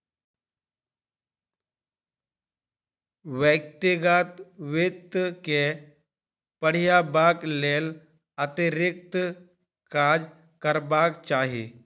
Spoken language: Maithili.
व्यक्तिगत वित्त के बढ़यबाक लेल अतिरिक्त काज करबाक चाही